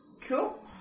Cool